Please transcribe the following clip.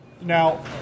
Now